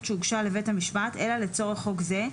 שהוגשה לבית המשפט אלא לצורך חוק זה,